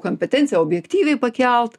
kompetenciją objektyviai pakelt